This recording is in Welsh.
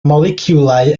moleciwlau